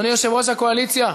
אדוני יושב-ראש הקואליציה.